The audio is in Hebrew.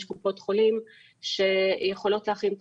יש קופות חולים שיכולות להכין את